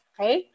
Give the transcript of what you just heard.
Okay